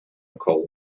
call